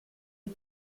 the